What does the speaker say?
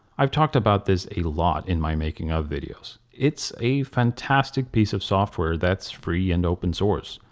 i've talked about this a lot in my making of videos. it's a fantastic piece of software that's free and open source.